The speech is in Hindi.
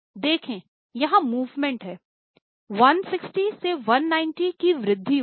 देखें यहाँ मूवमेंट है 160 से 190 की वृद्धि हुई हैं